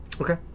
Okay